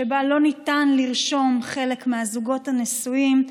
שבה לא ניתן לרשום חלק מהזוגות הנשואים,